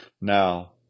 Now